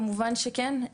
כמובן שכן,